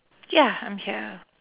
ya I'm here